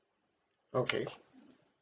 okay